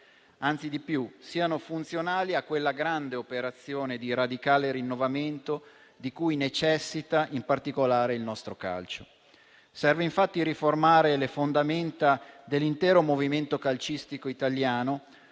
anzi di più: siano funzionali a quella grande operazione di radicale rinnovamento di cui necessita in particolare il nostro calcio. Serve infatti riformare le fondamenta dell'intero movimento calcistico italiano